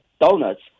donuts